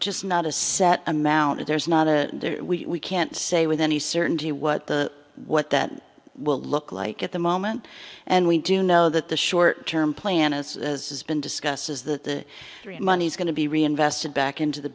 just not a set amount there's not a we can't say with any certainty what the what that will look like at the moment and we do know that the short term plan is as has been discussed is that the money is going to be reinvested back into the